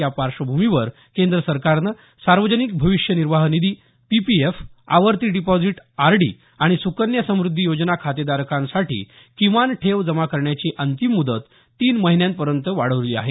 या पार्श्वभूमीवर केंद्र सरकारनं सार्वजनिक भविष्य निर्वाह निधी पीपीएफ आवर्ती डिपॉझिट आरडी आणि सुकन्या समुद्धी योजना खातेधारकांसाठी किमान ठेव जमा करण्याची अंतिम मुदत तीन महिन्यांपर्यंत वाढवली आहे